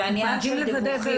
זה עניין של דיווחים.